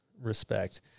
Respect